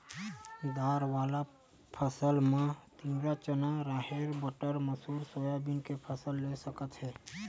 दार वाला फसल म तिंवरा, चना, राहेर, बटरा, मसूर, सोयाबीन के फसल ले सकत हे